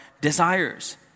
desires